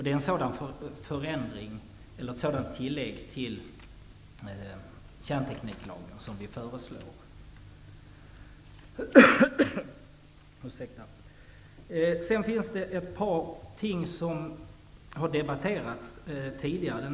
Vi föreslår ett sådant tillägg till kärntekniklagen. De s.k. ersättningsinvesteringarna har debatterats tidigare.